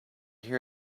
hear